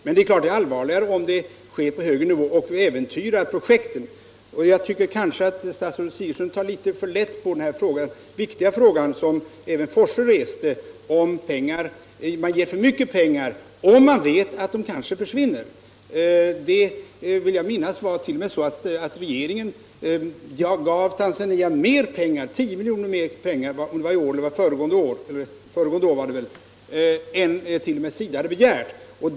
Men det är självfallet allvarligare, om det sker på högre nivå och därigenom äventyrar projekten. Jag tycker kanske att statsrådet Sigurdsen tar litet för lätt på den viktiga fråga som även Forsse reste, nämligen huruvida man ger för mycket pengar i fall där man vet att de kanske försvinner. Jag vill minnas att det t.o.m. var så att regeringen gav Tanzania 10 milj.kr. mer föregående år än vad SIDA hade begärt.